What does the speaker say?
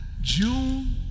June